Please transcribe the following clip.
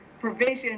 provision